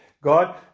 God